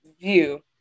view